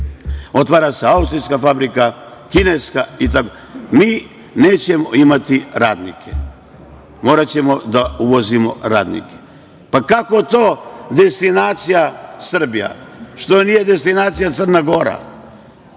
otvara se austrijska fabrika, kineska itd. Mi nećemo imati radnike. Moraćemo da uvozimo radnike. Kako to destinacija Srbija? Što nije destinacija Crna Gora?